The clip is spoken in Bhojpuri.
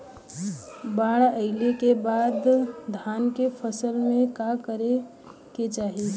बाढ़ आइले के बाद धान के फसल में का करे के चाही?